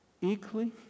Equally